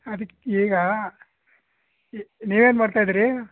ಅದಕ್ಕೆ ಈಗ ನೀವೇನು ಮಾಡ್ತಾ ಇದ್ದೀರಿ